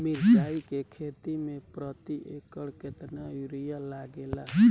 मिरचाई के खेती मे प्रति एकड़ केतना यूरिया लागे ला?